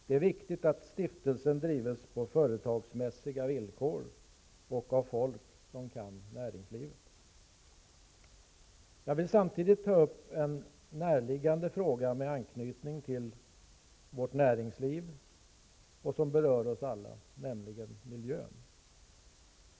Det är viktigt att stiftelsen drivs på företagsmässiga villkor och av folk som kan näringslivet. Jag vill samtidigt ta upp en närliggande fråga med anknytning till vårt näringsliv vilken berör oss alla, nämligen miljön.